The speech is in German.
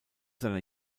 seiner